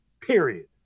period